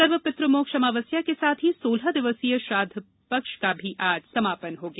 सर्वपितृ मौक्ष अमावस्या के साथ ही सोलह दिवसीय श्राद्व पक्ष का भी आज समापन हो गया